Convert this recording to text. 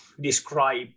Describe